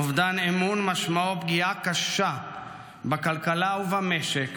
אובדן אמון משמעו פגיעה קשה בכלכלה ובמשק,